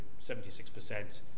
76%